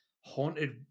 haunted